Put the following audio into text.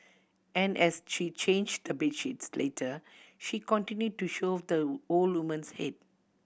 and as she changed the bed sheets later she continued to shove the old woman's head